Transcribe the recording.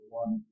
one